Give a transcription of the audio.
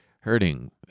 hurting